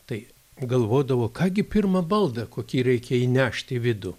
tai galvodavo ką gi pirmą baldą kokį reikia įnešti į vidų